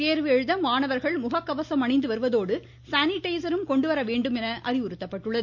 தேர்வு எழுத மாணவர்கள் முக கவசம் அணிந்து வருவதோடு சானிடைஸரும் கொண்டு வரவேண்டும் அறிவுறுத்தப்பட்டுள்ளது